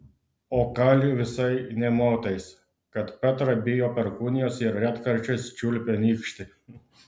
o kali visai nė motais kad petra bijo perkūnijos ir retkarčiais čiulpia nykštį